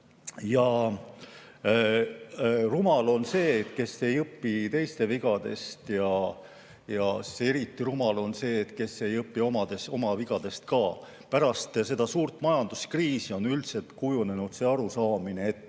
Rumal on see, kes ei õpi teiste vigadest, ja eriti rumal on see, kes ei õpi oma vigadest. Pärast seda suurt majanduskriisi on üldiselt kujunenud see arusaamine, et